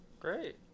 Great